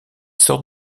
sort